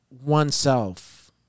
oneself